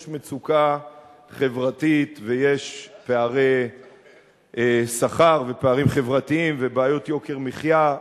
יש מצוקה חברתית ויש פערי שכר ופערים חברתיים ובעיות יוקר מחיה,